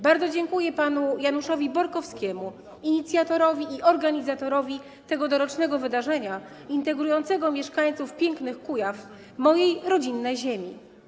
Bardzo dziękuję panu Januszowi Borkowskiemu, inicjatorowi i organizatorowi tego dorocznego wydarzenia integrującego mieszkańców pięknych Kujaw, mojej rodzinnej ziemi.